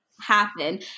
happen